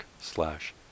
slash